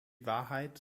wahrheit